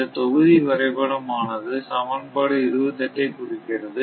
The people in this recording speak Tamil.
இந்த தொகுதி வரைபடம் ஆனது சமன்பாடு 28 ஐ குறிக்கிறது